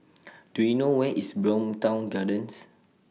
Do YOU know Where IS Bowmont Gardens